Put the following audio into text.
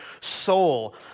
soul